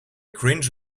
cringe